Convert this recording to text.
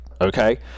okay